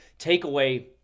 takeaway